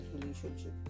relationship